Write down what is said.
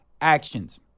Actions